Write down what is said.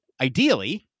ideally